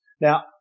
Now